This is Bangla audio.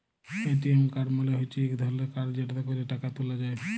এ.টি.এম কাড় মালে হচ্যে ইক ধরলের কাড় যেটতে ক্যরে টাকা ত্যুলা যায়